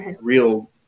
real